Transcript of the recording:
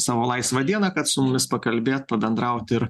savo laisvą dieną kad su mumis pakalbėt pabendraut ir